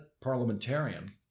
parliamentarian